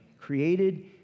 created